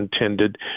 intended